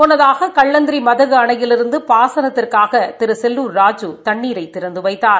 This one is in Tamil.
முன்னதாக கள்ளந்திரி மதகு அணையிலிருந்து பாசனத்திற்காக திரு செல்லூர் ராஜூ தண்ணீரை திறந்து வைத்தார்